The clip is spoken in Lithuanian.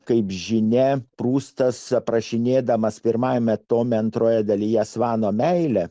kaip žinia prustas aprašinėdamas pirmajame tome antroje dalyje svano meilę